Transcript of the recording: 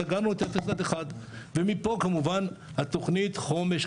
סגרנו את 0-1 ומפה כמובן התוכנית חומש,